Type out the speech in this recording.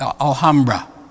Alhambra